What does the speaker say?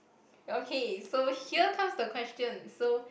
okay so here comes the question so